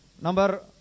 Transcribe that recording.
Number